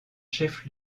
chef